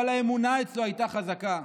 אבל האמונה אצלו הייתה חזקה.